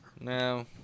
No